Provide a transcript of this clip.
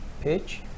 pitch